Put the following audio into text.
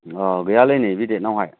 अ गैयालै नै बे देटावहाय